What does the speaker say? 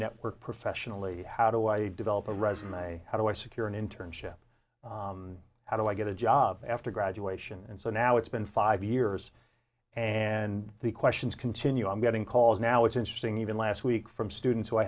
network professionally how do i develop a resume how do i secure an internship how do i get a job after graduation and so now it's been five years and the questions continue i'm getting calls now it's interesting even last week from students who i